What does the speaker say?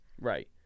Right